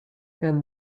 and